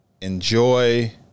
Enjoy